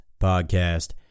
Podcast